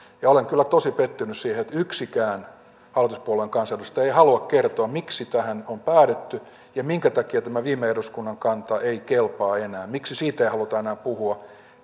olen kyllä tosi pettynyt siihen että yksikään hallituspuolueen kansanedustaja ei halua kertoa miksi tähän on päädytty ja minkä takia tämä viime eduskunnan kanta ei kelpaa enää miksi siitä ei haluta enää puhua